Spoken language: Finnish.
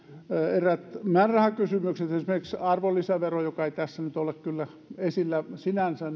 eräät määrärahakysymykset esimerkiksi arvonlisävero joka ei tässä nyt kyllä ole esillä sinänsä